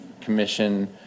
Commission